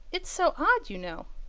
it's so odd, you know.